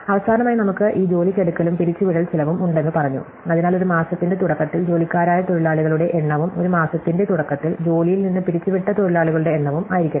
അവസാനമായി നമുക്ക് ഈ ജോലിക്കെടുക്കലും പിരിച്ച്ചുവിടൽ ചിലവും ഉണ്ടെന്ന് പറഞ്ഞു അതിനാൽ ഒരു മാസത്തിന്റെ തുടക്കത്തിൽ ജോലിക്കാരായ തൊഴിലാളികളുടെ എണ്ണവും ഒരു മാസത്തിന്റെ തുടക്കത്തിൽ ജോലിയിൽ നിന്ന് പിരിച്ചുവിട്ട തൊഴിലാളികളുടെ എണ്ണവും ആയിരിക്കട്ടെ